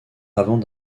avant